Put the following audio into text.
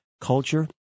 culture